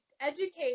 educate